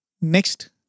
Next